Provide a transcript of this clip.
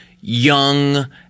young